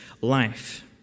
life